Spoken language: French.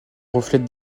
reflète